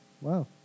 Wow